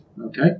okay